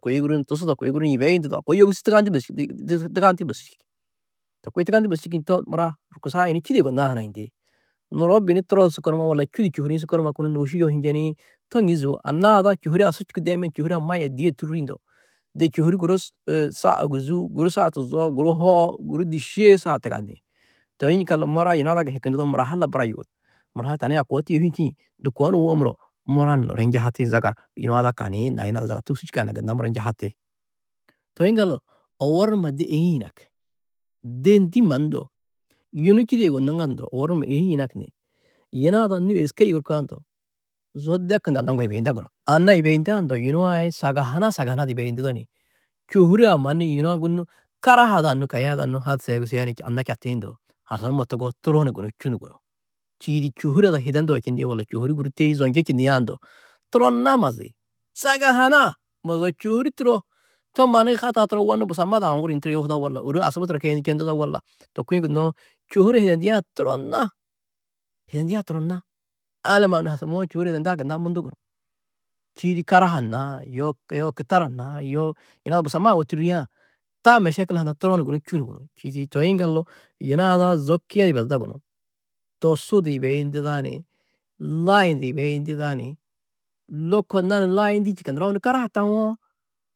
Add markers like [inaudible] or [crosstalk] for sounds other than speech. Kôi guru ni tusudo Kôi guru ni yibeyundudo a koo yogusî tugandî borsu čûki, tugandî borsu čûki to koo tugandî borsu čîkiĩ mura horkusu-ã yunu čîde yugonnãá harayindi, nuro beni turo di su konuwo walla čû du čôhuri-ĩ su konuma kunu nôuši yohu njeni to ŋîzuú anna ada čohure-ã su čûku deiman čohure-ã ma yê dî yê tûrrĩ ndo de čôhuri guru [hesitation] saa ôguzuu guru, saa tuzo, guru hoo, guru dîšee, saa tigandi, toi yikaldu mura yina ada hikinduda, mura ha labara yuut, mura ha tani hi a koo tuyohî čîĩ ndu koo nuwo muro, mura ni nuro hi njuhati zaga yuna ada kaniĩ na yuna ada zaga togusî čûka gunna mura njuhati, toi yiŋgaldu owor numa de êĩ yinak, de ndî mannu ndo yunu čîde yugonnó ŋadu owor numa êĩ yinak ni yuna ada nû êske yugurkã ndo zo dekindu anna yibeyinda gunú, anna yibendã ndo yunu a sagahuna sagahana du yibeyundudo ni čôhure-ã mannu yina guru karaha ada nû kaya ada nû hadisa yogusia ni anna čatĩ ndo asar numa toguhoo turo ni gunú čû ni gunú čîidi čôhure ada hidendudo čindĩ walla čôhuri guru teî zonji čindiã ndo turonna mazi sagahuna mozoo čôhuri turo to mannu hataa turo wônnu busamma du aũ turo yunu guru yohudo walla ôro asubu turo guru keyindu čendudo walla to kuĩ gunnoó čôhure hidendiã turonna hidendiã turonna, alamma nû hasamuwo čôhure hidendã gunna mundu gunú. Čîidi karaha naa yoo kitara na yoo yina da busamma ha wô torrîã taa mešekila hundã turo ni gunú čû ni gunú. Čî idi toi yiŋgaldu yina ada zo kiye di yibeduda gunú, tosu du yibeyindida ni layundu yibeyinduda ni lôko nani layindî čîka nuro ôwonni karaha taũwo.